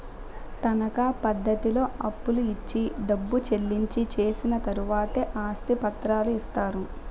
తనకా పద్ధతిలో అప్పులు ఇచ్చి డబ్బు చెల్లించి చేసిన తర్వాతే ఆస్తి పత్రాలు ఇస్తారు